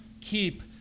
keep